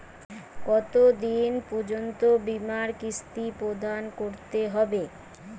কতো দিন পর্যন্ত বিমার কিস্তি প্রদান করতে হবে?